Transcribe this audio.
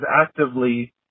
actively